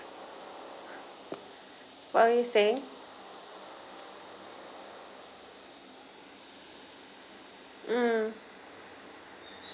what were you saying mm